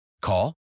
Call